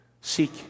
seek